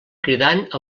cridant